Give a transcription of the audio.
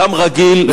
אדם רגיל,